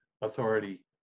authority